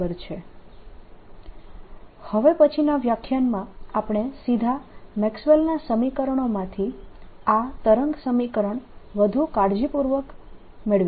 2Eyx2 ∂tBz∂x002Eyt2 હવે પછીના વ્યાખ્યાનમાં આપણે સીધા મેક્સવેલના સમીકરણોમાંથી આ તરંગ સમીકરણ વધુ કાળજીપૂર્વક રીતે મેળવીશું